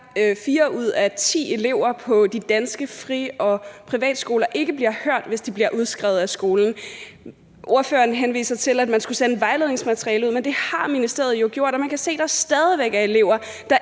knap fire ud af ti elever på de danske fri- og privatskoler ikke bliver hørt, hvis de bliver udskrevet af skolen. Ordføreren henviser til, at man skulle sende vejledningsmateriale ud, men det har ministeriet jo gjort, og man kan se, at der stadig væk er elever,